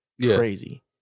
Crazy